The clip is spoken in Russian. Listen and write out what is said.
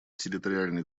территориальной